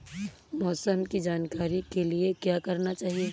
मौसम की जानकारी के लिए क्या करना चाहिए?